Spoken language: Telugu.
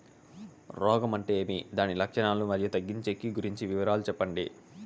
రోగం అంటే ఏమి దాని లక్షణాలు, మరియు తగ్గించేకి గురించి వివరాలు సెప్పండి?